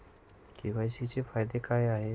KYC चे फायदे काय आहेत?